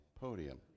podium